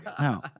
no